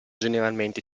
generalmente